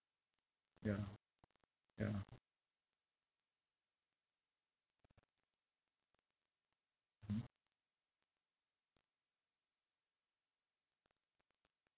ya ya mm